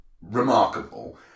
remarkable